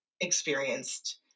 experienced